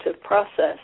process